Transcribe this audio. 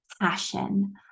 passion